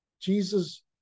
jesus